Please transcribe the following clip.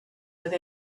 with